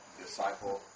disciple